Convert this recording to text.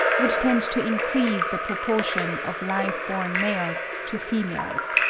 would tend to increase the proportion of live-born males to females.